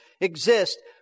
exist